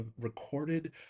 recorded